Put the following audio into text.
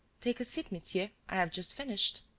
take a seat, monsieur i have just finished.